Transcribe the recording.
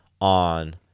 on